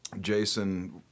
Jason